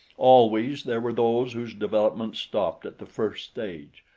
always there were those whose development stopped at the first stage,